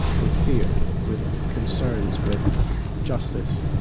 with fear, with concerns, with justice.